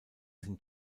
sind